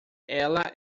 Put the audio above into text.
ela